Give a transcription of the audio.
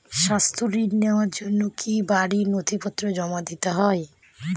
স্বাস্থ্য ঋণ নেওয়ার জন্য কি বাড়ীর নথিপত্র জমা দিতেই হয়?